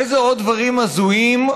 אילו עוד דברים הזויים,